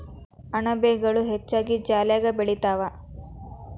ಅಣಬೆಗಳು ಹೆಚ್ಚಾಗಿ ಜಾಲ್ಯಾಗ ಬೆಳಿತಾವ